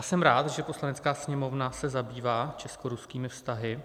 Jsem rád, že Poslanecká sněmovna se zabývá českoruskými vztahy.